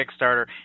Kickstarter